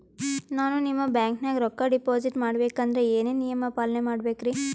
ನಾನು ನಿಮ್ಮ ಬ್ಯಾಂಕನಾಗ ರೊಕ್ಕಾ ಡಿಪಾಜಿಟ್ ಮಾಡ ಬೇಕಂದ್ರ ಏನೇನು ನಿಯಮ ಪಾಲನೇ ಮಾಡ್ಬೇಕ್ರಿ?